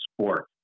sport